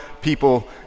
people